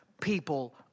people